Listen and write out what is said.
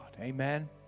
Amen